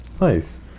nice